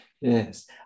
Yes